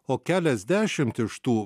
o keliasdešimt iš tų